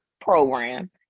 program